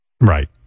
Right